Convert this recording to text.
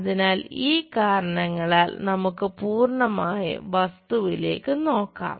അതിനാൽ ഈ കാരണങ്ങളാൽ നമുക്ക് പൂർണ്ണമായ വസ്തുവിലേക്കു നോക്കാം